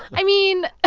i mean,